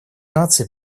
наций